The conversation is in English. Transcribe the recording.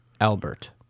Albert